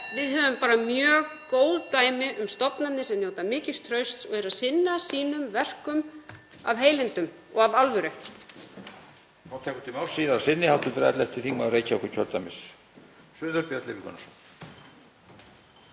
Við höfum þarna mjög góð dæmi um stofnanir sem njóta mikils trausts og eru að sinna verkum sínum af heilindum og af alvöru.